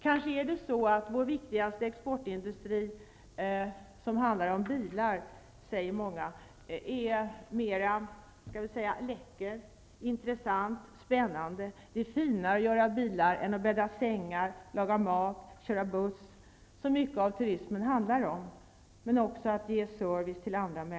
Kanske är det så att vår viktigaste exportindustri, som enligt många är bilbranschen, är mer läcker, intressant och spännande. Kanske betraktas det som finare att göra bilar än att bädda sängar, laga mat, köra buss och att ge service till andra människor, som mycket av turismen handlar om.